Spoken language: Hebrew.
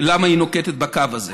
למה היא נוקטת את הקו הזה.